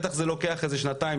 בטח זה לוקח איזה שנתיים,